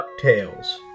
DuckTales